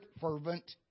fervent